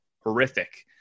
horrific